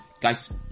Guys